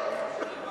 אבל בכול,